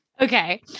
Okay